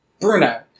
Bruno